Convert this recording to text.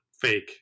fake